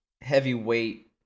heavyweight